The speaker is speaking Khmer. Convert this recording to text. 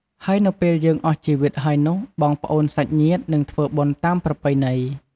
ហើយនៅពេលយើងអស់ជីវីតហើយនោះបងប្អួនសាច់ញាត្តិនិងធ្វើបុណ្យតាមប្រពៃណី។